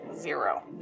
Zero